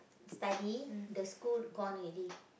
study the school gone already